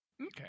Okay